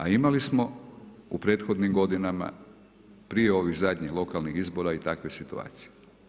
A imali smo u prethodnim godinama prije ovih zadnjih lokalnih izbora i takve situacije.